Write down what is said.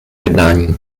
jednání